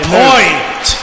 point